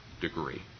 degree